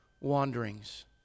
wanderings